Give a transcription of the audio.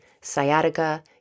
sciatica